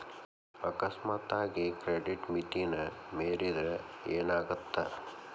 ಅಕಸ್ಮಾತಾಗಿ ಕ್ರೆಡಿಟ್ ಮಿತಿನ ಮೇರಿದ್ರ ಏನಾಗತ್ತ